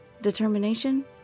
Determination